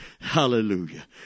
Hallelujah